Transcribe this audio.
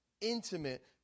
intimate